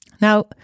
Now